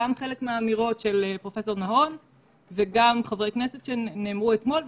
גם חלק מהאמירות של פרופ' נהון וגם של חברי הכנסת שנאמרו אתמול,